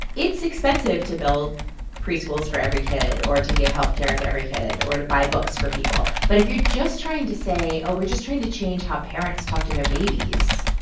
it's expensive to build preschools for every kid or to give health care to every kid or to buy books for people. but if you're just trying to say, oh, we're just trying to change how parents talk to their babies,